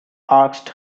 asked